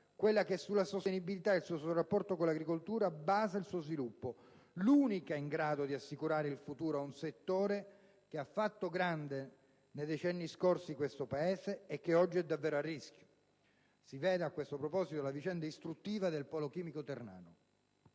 quella che sulla sostenibilità e sul suo rapporto con l'agricoltura basa il suo sviluppo, l'unica in grado di assicurare il futuro a un settore che ha fatto grande nei decenni scorsi questo Paese e che oggi è davvero a rischio: si veda, a questo proposito, la vicenda istruttiva del polo chimico ternano.